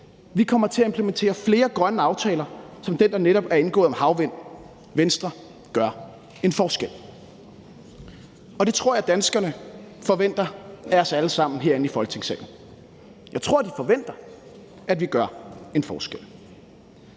Vi kommer til at implementere flere grønne aftaler som den, der netop er indgået om havvindenergi. Venstre gør en forskel. Og det tror jeg danskerne forventer af os alle sammen herinde i Folketingssalen. Jeg tror, de forventer, at vi gør en forskel.